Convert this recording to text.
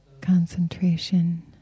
concentration